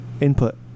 input